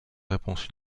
réponse